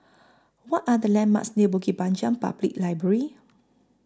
What Are The landmarks near Bukit Panjang Public Library